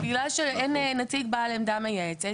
בגלל שאין נציג בעל עמדה מייעצת,